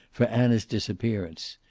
for anna's disappearance.